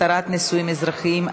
התרת נישואין אזרחיים),